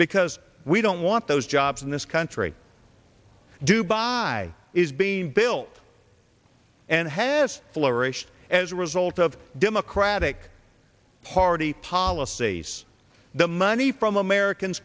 because we don't want those jobs in this country dubai is being built and has flourished as a result of democratic party policies the money from americans